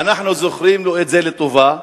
ואנחנו זוכרים לו את זה לטובה.